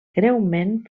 greument